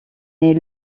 naît